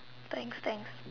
thanks thanks